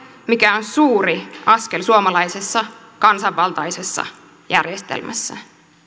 mikä on suuri askel suomalaisessa kansanvaltaisessa järjestelmässä